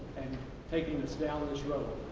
and taking us down this road.